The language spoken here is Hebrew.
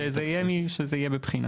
שזה יהיה בבחינה.